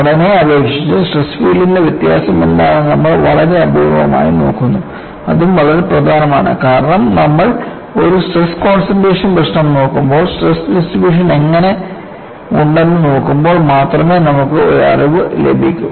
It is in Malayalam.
ഘടനയെ അപേക്ഷിച്ച് സ്ട്രെസ് ഫീൽഡിന്റെ വ്യത്യാസം എന്താണെന്ന് നമ്മൾ വളരെ അപൂർവമായി നോക്കുന്നു അതും വളരെ പ്രധാനമാണ് കാരണം നമ്മൾ ഒരു സ്ട്രെസ് കോൺസൺട്രേഷൻ പ്രശ്നം നോക്കുമ്പോൾ സ്ട്രെസ് ഡിസ്ട്രിബ്യൂഷൻ എങ്ങനെ ഉണ്ടെന്ന് നോക്കുമ്പോൾ മാത്രമേ നമുക്ക് ഒരു അറിവ് ലഭിക്കൂ